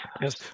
Yes